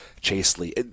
chastely